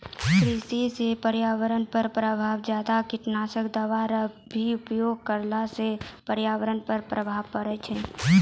कृषि से पर्यावरण पर प्रभाव ज्यादा कीटनाशक दवाई रो भी उपयोग करला से पर्यावरण पर प्रभाव पड़ै छै